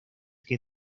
que